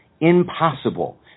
impossible